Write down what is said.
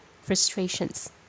frustrations